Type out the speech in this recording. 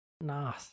Nice